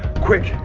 quick,